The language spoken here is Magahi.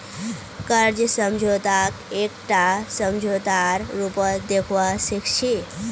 कर्ज समझौताक एकटा समझौतार रूपत देखवा सिख छी